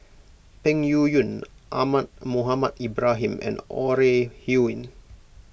Peng Yuyun Ahmad Mohamed Ibrahim and Ore Huiying